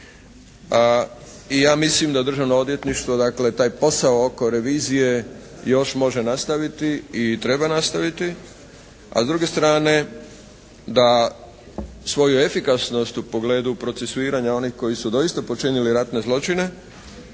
I ja mislim da Državno odvjetništvo dakle taj posao oko revizije još može nastaviti i treba nastaviti, a s druge strane da svoju efikasnost u pogledu procesuiranja onih koji su doista počinili ratne zločine